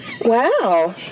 Wow